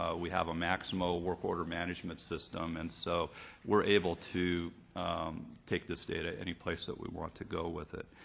ah we have a maximo work order management system and so we're able to take this data anyplace that we want to go with it.